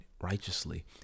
righteously